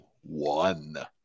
one